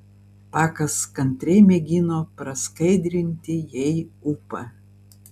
pakas kantriai mėgino praskaidrinti jai ūpą